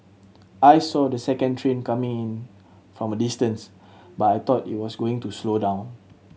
I saw the second train coming in from a distance but I thought it was going to slow down